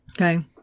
Okay